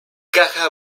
caja